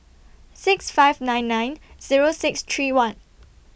six five nine nine Zero six three one